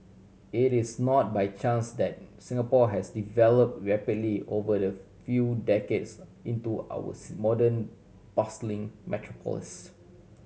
it is not by chance that Singapore has develop rapidly over the few decades into our C modern bustling metropolis